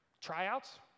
Tryouts